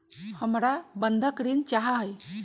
हमरा बंधक ऋण चाहा हई